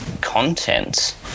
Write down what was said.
content